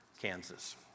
Kansas